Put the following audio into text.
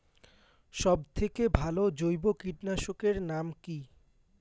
সব থেকে ভালো জৈব কীটনাশক এর নাম কি?